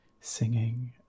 singing